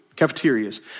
cafeterias